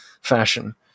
fashion